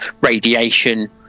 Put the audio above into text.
radiation